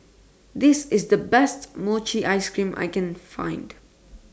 This IS The Best Mochi Ice Cream I Can Find